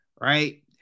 right